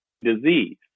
disease